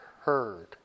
heard